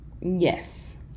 Yes